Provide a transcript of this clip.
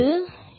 மாணவர் ஆம்